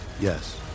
Yes